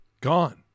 gone